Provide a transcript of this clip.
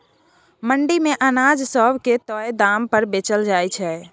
मंडी मे अनाज सब के तय दाम पर बेचल जाइ छै